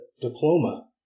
diploma